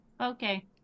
Okay